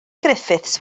griffiths